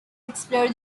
explore